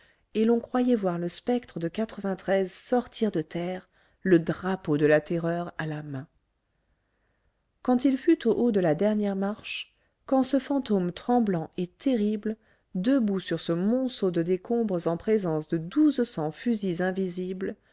et l'on croyait voir le spectre de sortir de terre le drapeau de la terreur à la main quand il fut au haut de la dernière marche quand ce fantôme tremblant et terrible debout sur ce monceau de décombres en présence de douze cents fusils invisibles